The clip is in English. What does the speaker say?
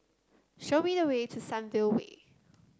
show me the way to Sunview Way